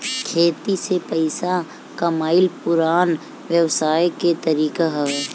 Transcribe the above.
खेती से पइसा कमाइल पुरान व्यवसाय के तरीका हवे